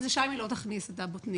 אז לשם היא לא תכניס את הבוטנים.